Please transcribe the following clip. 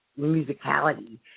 musicality